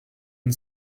and